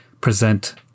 present